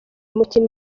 mukinnyi